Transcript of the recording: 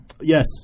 Yes